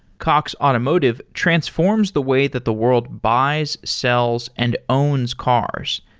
cox automotive transforms the way that the world buys, sells and owns cars.